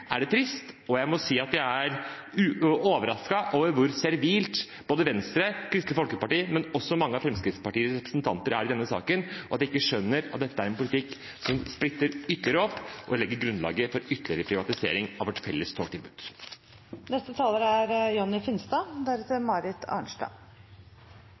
er det trist. Jeg må si at jeg er overrasket over hvor servile både Venstre og Kristelig Folkeparti, men også mange av Fremskrittspartiets representanter, er i denne saken, og at ikke de skjønner at dette er en politikk som splitter ytterligere opp og legger grunnlaget for ytterligere privatisering av vårt felles